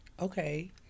Okay